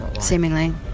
Seemingly